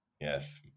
Yes